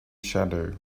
shadow